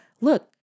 look